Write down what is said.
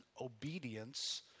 obedience